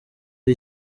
ari